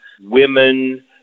women